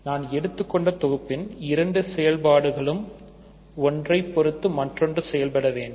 நான் எடுத்துக்கொண்ட தொகுப்பின் இரண்டு செயல்பாடுகளும் ஒன்றைப் பொருத்து மற்றொன்று செயல்பட வேண்டும்